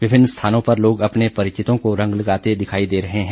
विभिन्न स्थानों पर लोग अपने परिचितों को रंग लगाते दिखाई दे रहे हैं